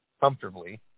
comfortably